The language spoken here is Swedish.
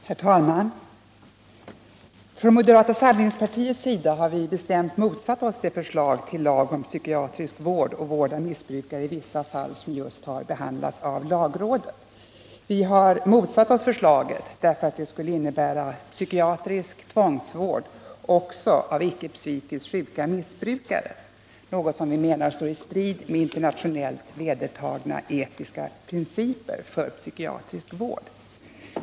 Herr talman! Från moderata samlingspartiets sida har vi bestämt motsatt oss det förslag till lag om psykiatrisk vård och vård av missbrukare i vissa fall som just har behandlats av lagrådet. Vi har motsatt oss förslaget därför att det skulle innebära psykiatrisk tvångsvård också av icke psykiskt sjuka missbrukare, något som vi menar står i strid med internationellt vedertagna etiska principer för psykiatrisk vård.